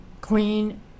Queen